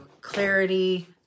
clarity